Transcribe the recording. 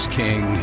king